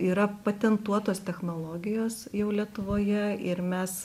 yra patentuotos technologijos jau lietuvoje ir mes